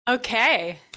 Okay